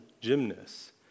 gymnasts